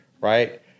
Right